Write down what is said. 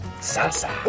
Salsa